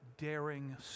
daring